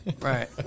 right